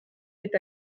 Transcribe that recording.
est